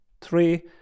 three